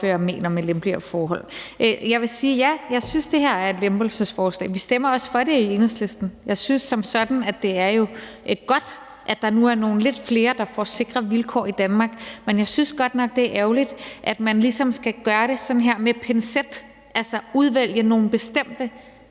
mener med lempeligere forhold. Jeg vil sige, at ja, jeg synes, at det her er et lempelsesforslag. Vi stemmer også for det i Enhedslisten. Jeg synes, at det som sådan er godt, at der nu er lidt flere, der får sikre vilkår i Danmark. Men jeg synes godt nok, det er ærgerligt, at man ligesom skal gøre det sådan med pincet, altså udvælge nogle bestemte